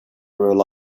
rely